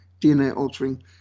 DNA-altering